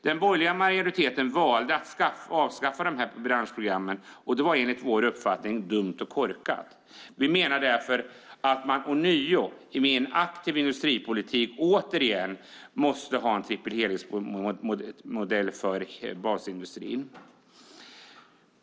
Den borgerliga majoriteten valde att avskaffa dessa branschprogram, det var enligt vår uppfattning dumt och korkat. Vi menar därför att man ånyo i en aktiv industripolitik måste ha en triple helix-modell för basindustrin.